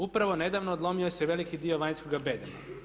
Upravo nedavno odlomio se veliki dio vanjskoga bedema.